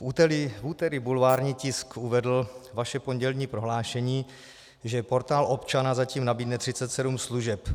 V úterý bulvární tisk uvedl vaše pondělní prohlášení, že portál občana zatím nabídne 37 služeb.